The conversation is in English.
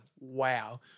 Wow